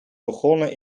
begonnen